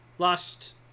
lost